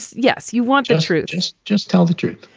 yes. you want the truth? just just tell the truth.